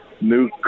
new